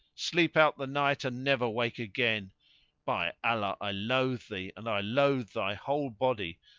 sleep out the night, and never wake again by allah, i loathe thee and i loathe thy whole body,